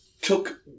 took